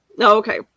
okay